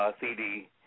CD